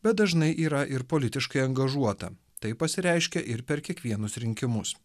bet dažnai yra ir politiškai angažuota tai pasireiškia ir per kiekvienus rinkimus